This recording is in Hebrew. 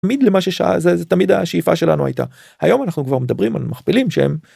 מיד למה ששעה זה תמיד השאיפה שלנו הייתה היום אנחנו מדברים על מכפילים שהם.